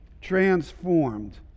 Transformed